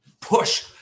push